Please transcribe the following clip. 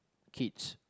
kids